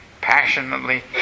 passionately